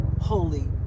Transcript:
Holy